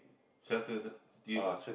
shelter s~ they give ah